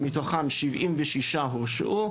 מתוכם 76 הורשעו,